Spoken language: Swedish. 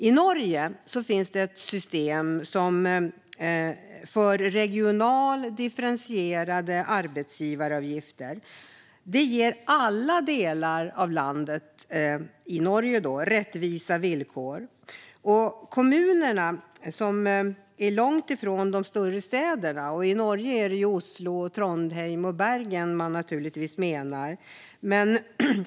I Norge finns det ett system för regionalt differentierade arbetsgivaravgifter. Det ger alla delar av landet Norge rättvisa villkor, även de kommuner som finns långt från de större städerna - Oslo, Trondheim och Bergen.